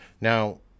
now